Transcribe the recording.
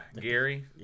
Gary